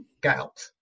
gout